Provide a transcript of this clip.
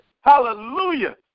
Hallelujah